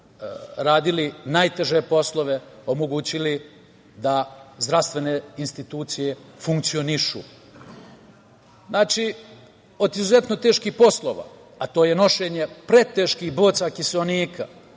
radili najteže poslove, omogućili da zdravstvene institucije funkcionišu. Znači, od izuzetno teških poslova, a to je nošenje preteških boca kiseonika,